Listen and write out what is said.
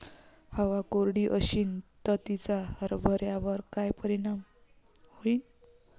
हवा कोरडी अशीन त तिचा हरभऱ्यावर काय परिणाम होईन?